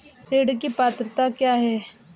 ऋण की पात्रता क्या है?